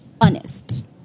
honest